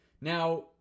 Now